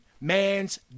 man's